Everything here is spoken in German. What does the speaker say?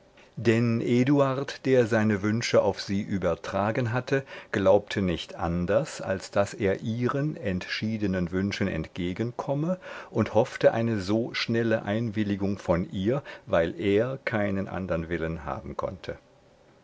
denn eduard der seine wünsche auf sie übergetragen hatte glaubte nicht anders als daß er ihren entschiedenen wünschen entgegenkomme und hoffte eine so schnelle einwilligung von ihr weil er keinen andern willen haben konnte